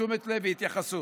לתשומת לב והתייחסות.